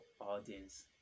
audience